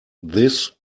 this